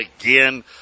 again